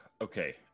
okay